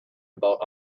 about